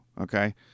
okay